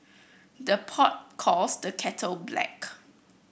the pot calls the kettle black